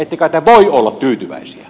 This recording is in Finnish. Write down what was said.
ette kai te voi olla tyytyväisiä